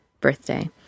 Birthday